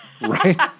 Right